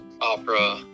opera